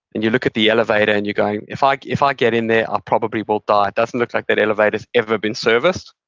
and you look at the elevator and you're going, if i if i get in there, i ah probably will die. it doesn't look like that elevator's ever been serviced,